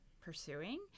pursuing